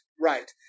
right